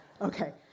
Okay